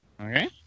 Okay